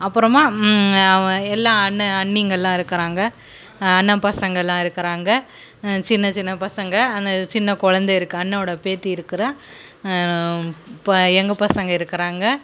அப்புறமா எல்லாம் அண்ணன் அண்ணிங்கள்லாம் இருக்குறாங்க அண்ணன் பசங்கள்லாம் இருக்குறாங்க சின்ன சின்ன பசங்க அந்த சின்ன குழந்தை இருக்கு அண்ணவோட பேர்த்தி இருக்குறா ப எங்கள் பசங்க இருக்குறாங்க